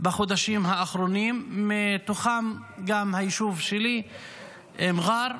בחודשים האחרונים, בתוכם גם היישוב שלי מע'אר,